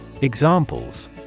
Examples